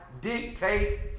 dictate